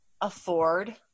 afford